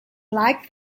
like